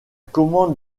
commande